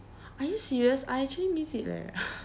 are you serious I actually miss it leh